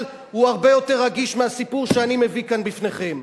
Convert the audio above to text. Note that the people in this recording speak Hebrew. הוא הרבה יותר רגיש מהסיפור שאני מביא כאן בפניכם.